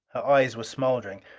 her eyes were smoldering.